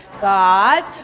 God's